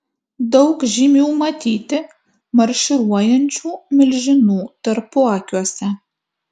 daug žymių matyti marširuojančių milžinų tarpuakiuose